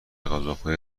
غذاخوری